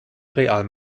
real